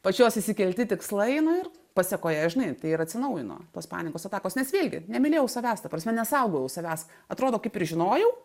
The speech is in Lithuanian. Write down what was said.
pačios išsikelti tikslai nu ir pasekoje žinai tai ir atsinaujino tos panikos atakos nes vėlgi nemylėjau savęs ta prasme nesaugojau savęs atrodo kaip ir žinojau